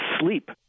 sleep